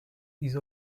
ease